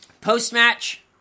Post-match